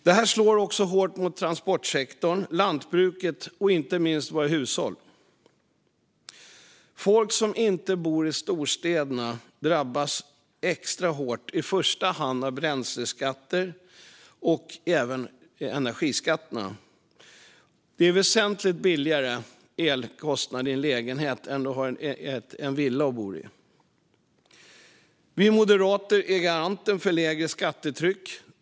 Detta slår också hårt mot transportsektorn, lantbruket och inte minst våra hushåll. Folk som inte bor i storstäderna drabbas extra hårt av bränsle och energiskatterna. Det är väsentligt lägre elkostnad i lägenhet än i villa. Vi moderater är garanten för lägre skattetryck.